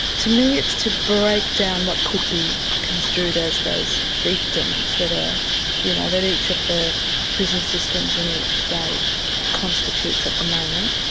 to me it's to break down what could be construed as those fiefdoms, that ah you know that each of the prison systems in each state constitutes at the moment.